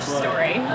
story